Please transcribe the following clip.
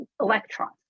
electrons